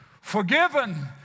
forgiven